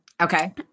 Okay